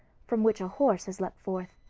from which a horse has leaped forth.